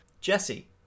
Jesse